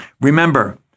Remember